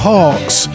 Hawks